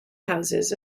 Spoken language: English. houses